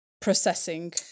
processing